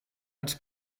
als